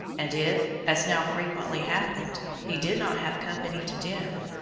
and if, as now frequently happened, he did not have company to dinner,